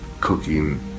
cooking